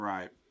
Right